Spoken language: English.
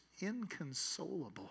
inconsolable